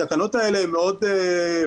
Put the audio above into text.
התקנות האלה מאוד פדרליות,